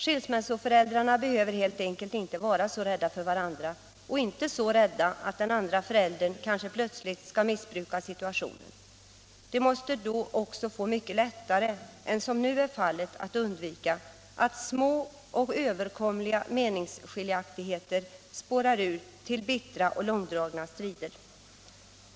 Skilsmässoföräldrarna behöver helt enkelt inte vara så rädda för varandra och för att motparten kanske skall missbruka situationen. De måste då också få mycket lättare än nu att undvika att små och överkomliga meningsskiljaktigheter spårar ur till bittra och långdragna strider.